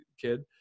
kid